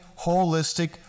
holistic